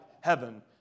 heaven